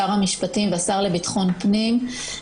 לשר המשפטים ולשר לביטחון הפנים.